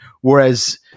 Whereas